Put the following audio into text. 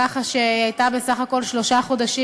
ככה שהיא הייתה בסך הכול שלושה חודשים,